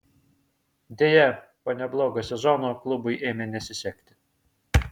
deja po neblogo sezono klubui ėmė nesisekti